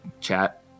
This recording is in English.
chat